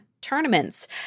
tournaments